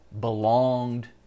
belonged